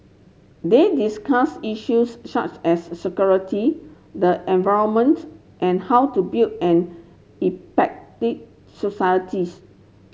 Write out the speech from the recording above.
they discussed issues such as security the environment and how to build an societies